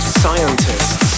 scientists